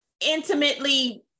intimately